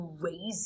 crazy